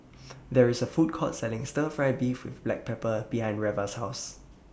There IS A Food Court Selling Stir Fry Beef with Black Pepper behind Reva's House